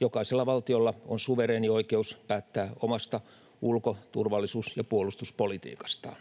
Jokaisella valtiolla on suvereeni oikeus päättää omasta ulko-, turvallisuus- ja puolustuspolitiikastaan.